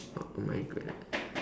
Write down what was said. oh my goodness